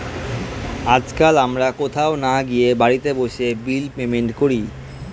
আজকাল আমরা কোথাও না গিয়ে বাড়িতে বসে বিল পেমেন্ট করি